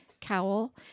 cowl